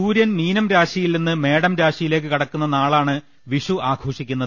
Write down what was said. സൂര്യൻ മീനം രാശിയിൽ നിന്ന് മേടം രാശിയി ലേയ്ക്ക് കടക്കുന്ന നാളാണ് വിഷ്ചു ആഘോഷിക്കുന്നത്